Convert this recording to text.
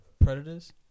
predators